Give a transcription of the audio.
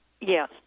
Yes